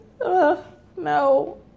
No